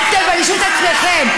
אל תביישו את עצמכם.